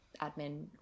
admin